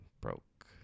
Broke